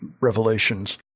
revelations